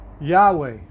Yahweh